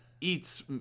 eats